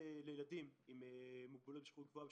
תקציבים לילדים עם מוגבלות בשכיחות גבוהה או